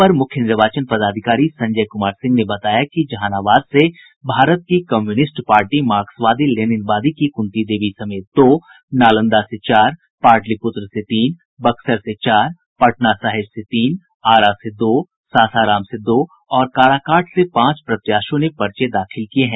अपर मुख्य निर्वाचन पदाधिकारी संजय कुमार सिंह ने बताया कि कि जहानाबाद से भारत की कम्यूनिस्ट पार्टी मार्क्सवादी लेनिनवादी की कुंती देवी समेत दो नालंदा से चार पाटलिपुत्र से तीन बक्सर से चार पटना साहिब से तीन आरा से दो सासाराम से दो और काराकाट से पांच प्रत्याशियों ने पर्चे दाखिल किये हैं